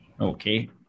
Okay